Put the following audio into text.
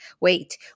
wait